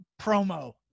promo